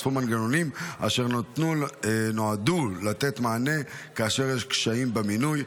נוספו מנגנונים אשר נועדו לתת מענה כאשר יש קשיים במינוי.